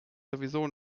sowieso